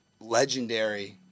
legendary